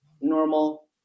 normal